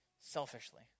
selfishly